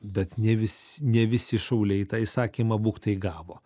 bet ne vis ne visi šauliai tą įsakymą būktai gavo